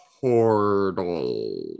Portal